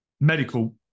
medical